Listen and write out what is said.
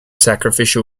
sacrificial